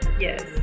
Yes